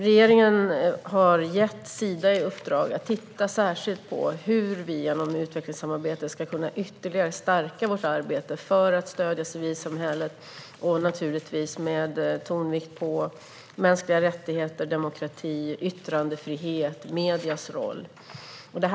Regeringen har gett Sida i uppdrag att titta särskilt på hur vi, genom utvecklingssamarbete, ytterligare ska kunna stärka vårt arbete för att stödja civilsamhället. Detta ska naturligtvis ske med tonvikt på mänskliga rättigheter, demokrati och yttrandefrihet, vilket innefattar mediers roll.